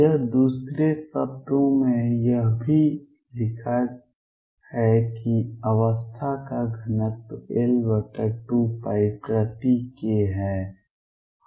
या दूसरे शब्दों में यह भी लिखा है कि अवस्था का घनत्व L2π प्रति k है